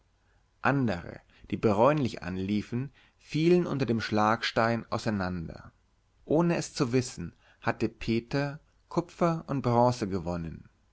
andere die bräunlich anliefen fielen unter dem schlagstein auseinander ohne es zu wissen hatte peter kupfer und bronze gewonnen